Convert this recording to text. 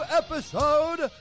episode